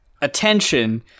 attention